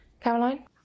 Caroline